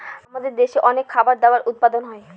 আমাদের দেশে অনেক খাবার দাবার উপাদান হয়